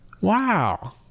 wow